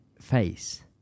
face